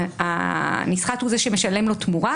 והנסחט הוא זה שמשלם לו תמורה,